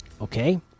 okay